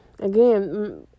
Again